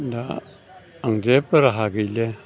दा आं जेबो राहा गैला